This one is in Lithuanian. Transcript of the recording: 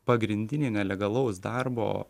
pagrindinė nelegalaus darbo